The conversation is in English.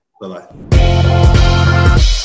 Bye-bye